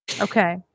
Okay